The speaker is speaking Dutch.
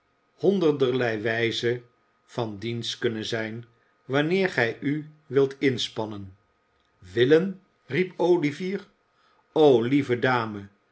honderderlei wijzen van dienst kunnen zijn wanneer gij u wilt inspannen willen riep olivier o lieve dame